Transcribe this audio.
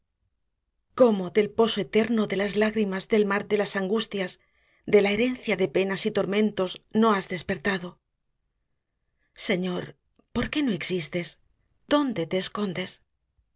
cómo del poso eterno de las lágrimas del mar de las angustias de la herencia de penas y tormentos no has despertado señor por qué no existes dónde te escondes